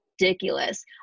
ridiculous